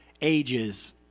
ages